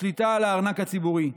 השליטה על הארנק הציבורי.